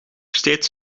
steeds